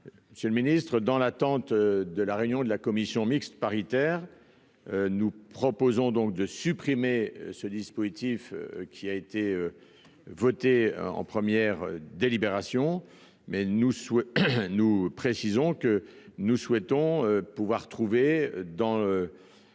Monsieur le Ministre, dans l'attente de la réunion de la commission mixte paritaire, nous proposons donc de supprimer ce dispositif qui a été voté en première délibération mais nous souhaitons nous précisons que nous souhaitons pouvoir trouver dans la